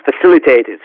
facilitated